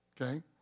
okay